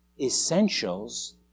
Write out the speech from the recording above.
essentials